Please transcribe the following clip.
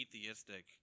atheistic